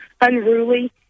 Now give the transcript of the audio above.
unruly